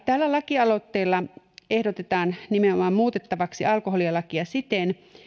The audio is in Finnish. tällä lakialoitteella ehdotetaan nimenomaan muutettavaksi alkoholilakia siten